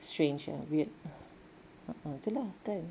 strange ah weird a'ah tu lah kan